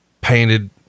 painted